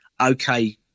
okay